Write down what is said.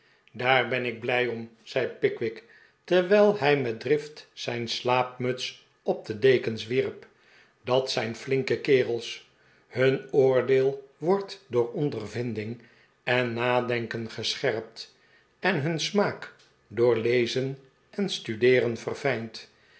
daar ben ik blij om zei pickwick terwijl hij met drift zijn slaapmuts op de dekens wierp dat zijn flinke kerels hun oordeel wordt door ondervinding en nadenken gescherpt en hun smaak door lezen en studeeren verfijnd